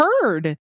heard